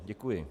Děkuji.